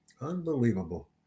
Unbelievable